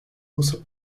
uso